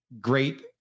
great